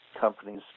companies